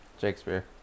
Shakespeare